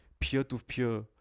peer-to-peer